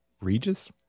Regis